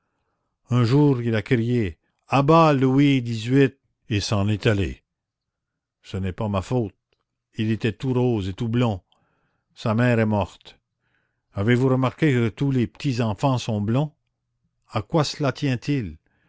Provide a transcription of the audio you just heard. un jour il a crié à bas louis xviii et s'en est allé ce n'est pas ma faute il était tout rose et tout blond sa mère est morte avez-vous remarqué que tous les petits enfants sont blonds à quoi cela tient-il